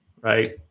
right